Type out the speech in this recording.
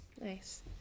Nice